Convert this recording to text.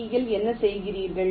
G யில் என்ன செய்கிறீர்கள்